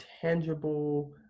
tangible